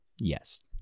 yes